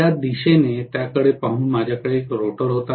या दिशेने त्याकडे पाहून माझ्याकडे एक रोटर होता